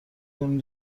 کنین